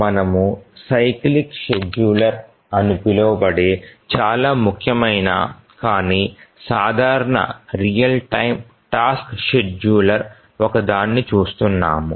మనము cyclic scheduler అని పిలువబడే చాలా ముఖ్యమైన కానీ సాధారణ రియల్ టైమ్ టాస్క్ షెడ్యూలర్ ఒక దాన్ని చూస్తున్నాము